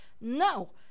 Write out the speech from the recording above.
No